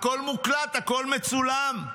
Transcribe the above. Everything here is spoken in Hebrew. הכול מוקלט, הכול מצולם: